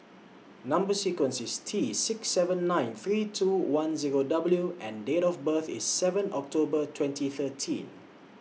Number sequence IS T six seven nine three two one Zero W and Date of birth IS seven October twenty thirteen